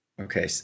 Okay